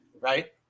right